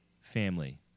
family